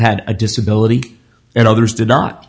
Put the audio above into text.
had a disability and others did not